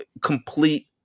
complete